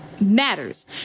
matters